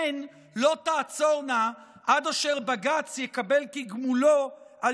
הן לא תעצורנה עד אשר בג"ץ יקבל כגמולו על